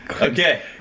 Okay